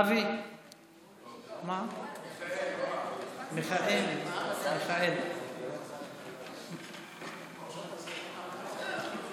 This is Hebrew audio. אדוני היושב-ראש, לפני שאני מציג את החוק,